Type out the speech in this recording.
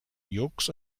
yolks